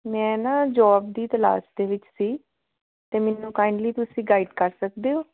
ਮੈਂ ਨਾ ਜੋਬ ਦੀ ਤਲਾਸ਼ ਦੇ ਵਿੱਚ ਸੀ ਅਤੇ ਮੈਨੂੰ ਕਾਈਂਡਲੀ ਤੁਸੀਂ ਗਾਈਡ ਕਰ ਸਕਦੇ ਹੋ